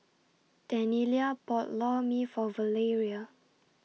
Daniella bought Lor Mee For Valeria